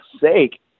sake